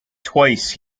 twice